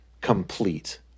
complete